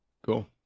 cool